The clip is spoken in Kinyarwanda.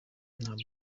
nubwo